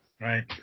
Right